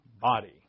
body